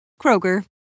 Kroger